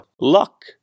luck